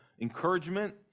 encouragement